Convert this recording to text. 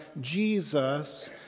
Jesus